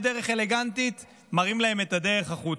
בדרך אלגנטית מראים להם את הדרך החוצה.